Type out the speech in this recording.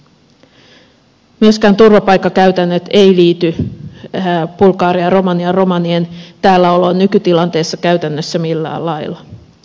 myöskään turvapaikkakäytännöt eivät liity bulgarian ja romanian romanien täälläoloon nykytilanteessa käytännössä millään lailla